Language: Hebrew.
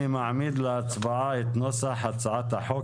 אני מעמיד להצבעה את נוסח הצעת החוק,